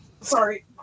sorry